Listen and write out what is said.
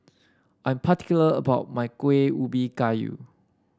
I'm particular about my Kueh Ubi Kayu